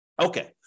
Okay